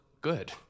good